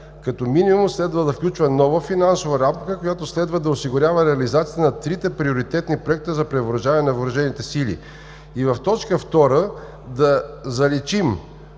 „като минимум следва да включва нова финансова рамка, която следва да осигурява реализацията на трите приоритетни проекта за превъоръжаване на въоръжените сили.“ В точка втора да заличим